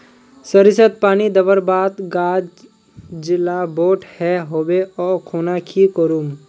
सरिसत पानी दवर बात गाज ला बोट है होबे ओ खुना की करूम?